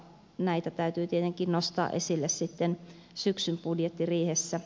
näitä täytyy tietenkin nostaa esille sitten syksyn budjettiriihessä